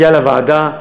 הגיע לוועדה,